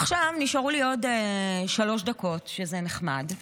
עכשיו, נשארו לי עוד שלוש דקות, שזה נחמד,